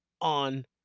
on